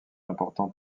important